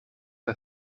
nad